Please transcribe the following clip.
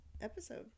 episode